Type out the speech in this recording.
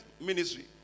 ministry